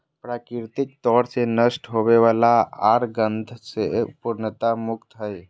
प्राकृतिक तौर से नष्ट होवय वला आर गंध से पूर्णतया मुक्त हइ